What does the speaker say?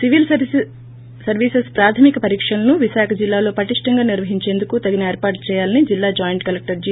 civil services ప్రాధమిక పరీక్షలను విశాఖ జిల్లాలో పటిష్షంగా నిర్వహించేందుకు తగిన ఏర్పాట్లు చేయాలని జిల్లా జాయింట్ కలెక్టర్ జి